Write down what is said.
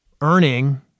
earning